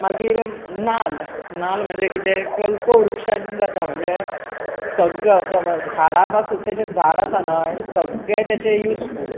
मागीर नाल्ल नाल्ल म्हणजे कितें कल्पवृक्षांत जाता म्हणजे सगळे झाडा पसून तें जें झाड आसा न्हय सगळें तेचें युझफूल